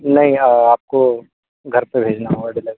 नहीं आपको घर पर भेजना होगा डिलीवरी